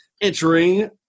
entering